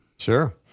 Sure